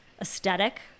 aesthetic